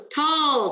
tall